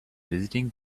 visiting